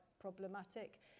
problematic